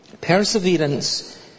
Perseverance